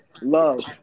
love